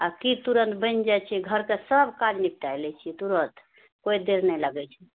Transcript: आ कि तुरंत बनि जाए छै घरके सब काज निपटाए लए छिऐ तुरत कोइ देर नहि लागै छै